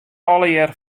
allegearre